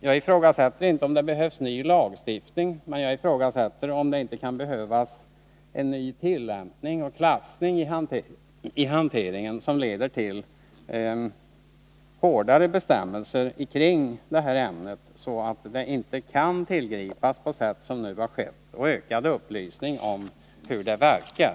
Jag ifrågasätter inte om det behövs ny lagstiftning, men jagifrågasätter om det inte kan behövas en ny tillämpning och klassning, som leder till hårdare bestämmelser för hanteringen av detta ämne. så att det inte kan tillgripas på sätt som nu har skett. Vidare behövs ökad upplysning om hur det verkar.